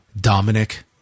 Dominic